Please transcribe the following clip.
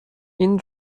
این